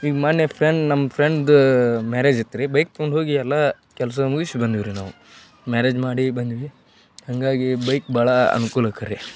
ಈಗ ಮೊನ್ನೆ ಫ್ರೆಂಡ್ ನಮ್ಮ ಫ್ರೆಂಡ್ದು ಮ್ಯಾರೇಜ್ ಇತ್ರಿ ಬೈಕ್ ತಗೊಂಡು ಹೋಗಿ ಎಲ್ಲ ಕೆಲಸ ಮುಗ್ಸಿ ಬಂದೀವ್ರಿ ನಾವು ಮ್ಯಾರೇಜ್ ಮಾಡಿ ಬಂದ್ವಿ ಹಾಗಾಗಿ ಬೈಕ್ ಭಾಳ ಅನ್ಕೂಲಕರ ರೀ